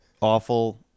awful